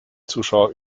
zuschauer